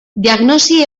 diagnosi